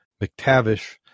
McTavish